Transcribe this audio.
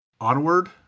Onward